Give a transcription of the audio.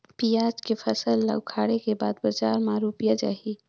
पियाज के फसल ला उखाड़े के बाद बजार मा रुपिया जाही?